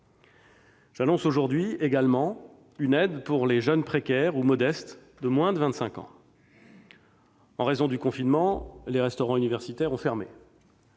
J'annonce aujourd'hui une aide pour les jeunes précaires ou modestes de moins de 25 ans. En raison du confinement, les restaurants universitaires ont fermé.